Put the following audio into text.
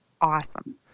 Awesome